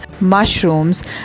mushrooms